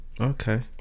Okay